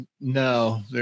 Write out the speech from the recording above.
No